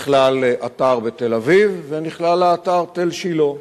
נכלל אתר בתל-אביב ונכלל האתר תל-שילה.